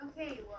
Okay